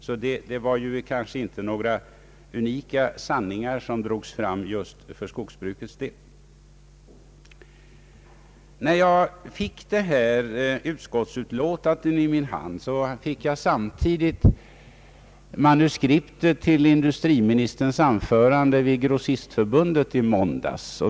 Det var inte några just för skogsbrukets del unika sanningar som drogs fram. När jag fick detta utskottsutlåtande i min hand, fick jag samtidigt manuskriptet till industriministerns anförande vid Grossistförbundets årsmöte i måndags.